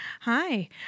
hi